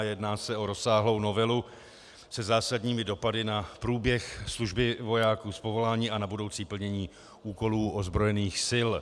Jedná se o rozsáhlou novelu se zásadními dopady na průběh služby vojáků z povolání a na budoucí plnění úkolů ozbrojených sil.